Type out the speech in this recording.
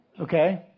Okay